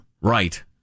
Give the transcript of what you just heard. Right